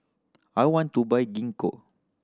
I want to buy Gingko